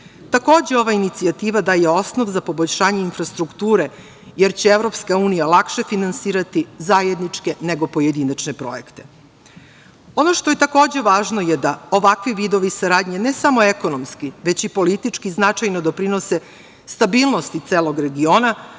ova inicijativa daje osnov za poboljšanje infrastrukture, jer će EU lakše finansirati zajedničke nego pojedinačne projekte. Ono što je, takođe, važno je da ovakvi vidovi saradnje ne samo ekonomski, već i politički, značajno doprinose stabilnosti celog regiona,